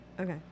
Okay